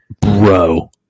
bro